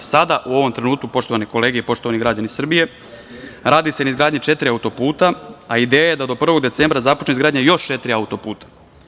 Sada, u ovom trenutku, poštovane kolege i poštovani građani Srbije, radi se na izgradnji četiri auto-puta, a ideja je da do 1. decembra započne izgradnja još četiri auto-puta.